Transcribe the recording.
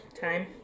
Time